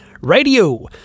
Radio